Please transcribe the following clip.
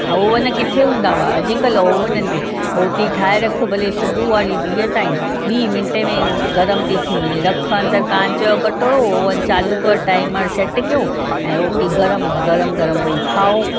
oven किथे हूंदा हुआ अॼकल्ह ओवननि में रोटी ठाहे रखि भले सुबुह वारी ॾींहुं ताईं ॿीं मिन्टे में गरम थी थी वञे रखि अंदरि कांच जो कटोरो ओवन चालू कर टाइमर सेट कयो ऐं रोटी गरम गरम गरम वेई खाओ